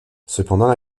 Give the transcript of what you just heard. cependant